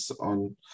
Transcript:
on